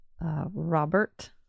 Robert